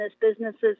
businesses